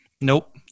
Nope